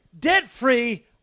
debt-free